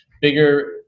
bigger